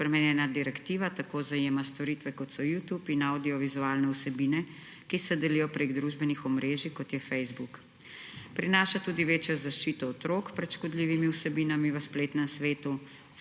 Spremenjena direktiva tako zajema storitve, kot so YouTube in avdiovizualne vsebine, ki se delijo prek družbenih omrežij, kot je Facebook. Prinaša tudi večjo zaščito otrok pred škodljivimi vsebinami v spletnem svetu,